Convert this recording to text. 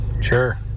Sure